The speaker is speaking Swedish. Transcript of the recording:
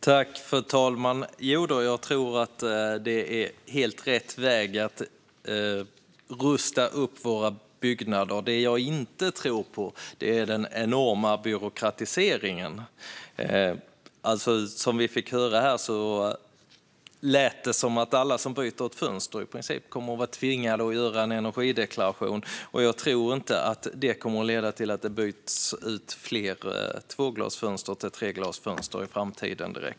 Fru talman! Jo, jag tror att det är helt rätt väg att rusta upp våra byggnader. Det som jag inte tror på är den enorma byråkratiseringen. Det lät här som att i princip alla som byter ett fönster kommer att vara tvingade att göra en energideklaration. Jag tror inte att det kommer att leda till att fler tvåglasfönster byts ut till treglasfönster i framtiden.